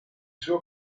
suo